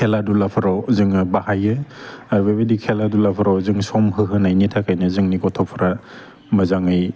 खेला दुलाफ्राव जोङो बाहायो आरो बे बायदि खेला दुलाफोराव जों सम होहोनायनि थाखायनो जोंनि गथ'फ्रा मोजाङै